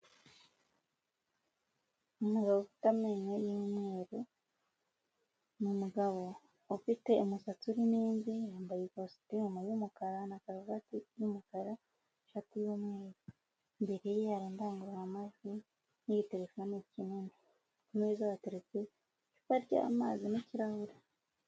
Umugabo ufite amenyo y'umweru ni umugabo ufite umusatsi urimo imvi yambaye ikositimu y'umukara na karuvati y'umukara ishati y'umweru imbere ye hari indangururamajwi n'igitelefone kinini ku meza hateretse icupa ry'amazi n'ikirahure.